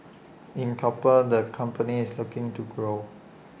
in copper the company is looking to grow